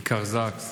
בכיכר זקס,